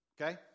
okay